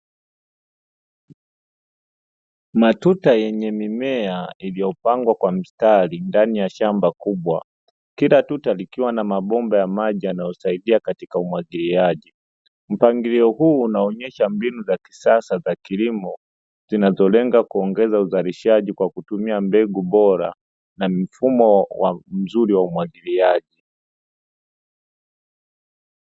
Matuta yenye mimea iliyopangwa kwa mstari ndani ya shamba kubwa, kila tuta likiwa na mabomba ya maji yanayosaidia katika umwagiliaji. Mpangilio huu unaonyesha mbinu za kisasa za kilimo zinazolenga kuongeza uzalishaji kwa kutumia mbegu bora na mfumo mzuri wa umwagiliaji.